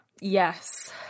yes